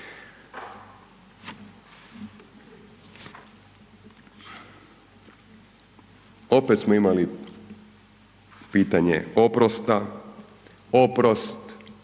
Opet smo imali pitanje oprosta, oprost